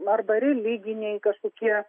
arba religiniai kažkokie